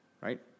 right